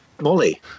Molly